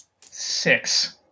six